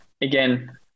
again